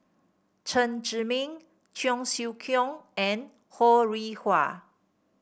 Chen Zhiming Cheong Siew Keong and Ho Rih Hwa